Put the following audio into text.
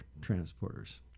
transporters